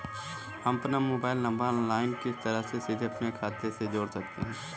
हम अपना mobile number online किस तरह सीधे अपने खाते में जोड़ सकते हैं?